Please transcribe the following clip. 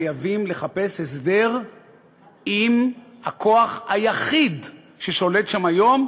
חייבים לחפש הסדר עם הכוח היחיד ששולט שם היום,